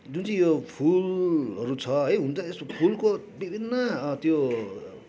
जुन चाहिँ यो फुलहरू छ है हुन् त यसो फुलको विभिन्न त्यो